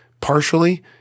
partially